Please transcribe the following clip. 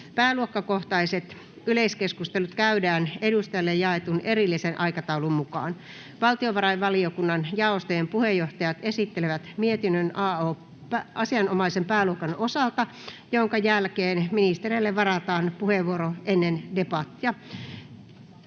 Pääluokkakohtaiset yleiskeskustelut käydään edustajille jaetun erillisen aikataulun mukaan. Valtiovarainvaliokunnan jaostojen puheenjohtajat esittelevät mietinnön asianomaiset pääluokan osalta, minkä jälkeen ministereille varataan puheenvuoro ennen debattia.